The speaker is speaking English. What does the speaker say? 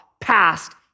passed